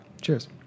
cheers